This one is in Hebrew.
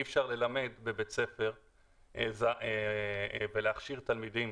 אי אפשר ללמד בבית ספר ולהכשיר תלמידים